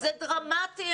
זה דרמטי